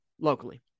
Locally